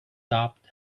tapped